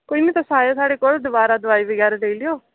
कोई नी तुस आएओ साढ़े कोल दोबारा दवाई बगैरा देई उड़ेयो